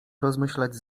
rozmyślać